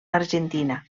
argentina